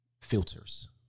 filters